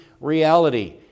reality